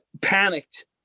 panicked